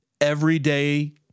everyday